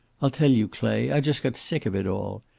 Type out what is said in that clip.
i'll tell you, clay. i just got sick of it all.